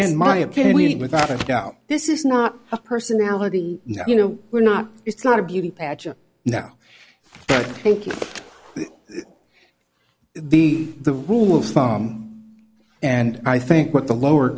in my opinion without a doubt this is not a personality you know we're not it's not a beauty pageant now taking the the rule of thumb and i think what the lower